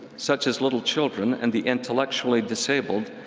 such as little children and the intellectually disabled,